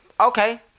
Okay